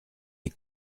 les